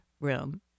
room